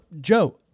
Joe